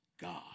God